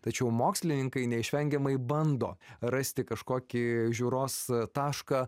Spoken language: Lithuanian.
tačiau mokslininkai neišvengiamai bando rasti kažkokį žiūros tašką